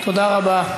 תודה רבה.